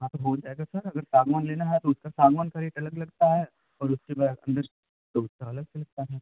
हाँ तो हो जाएगा सर अगर साग़वान लेना है तो उसका साग़वान का रेट अलग लगता है और उसके बाद तो उसका अलग से लगता है